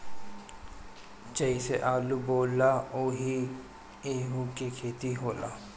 जइसे आलू बोआला ओहिंगा एहू के खेती होला